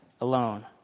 alone